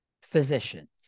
physicians